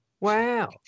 Wow